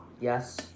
Yes